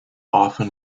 often